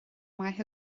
maith